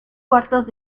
cuartos